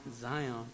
Zion